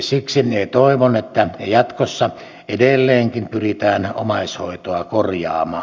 siksi toivon että jatkossa edelleenkin pyritään omaishoitoa korjaamaan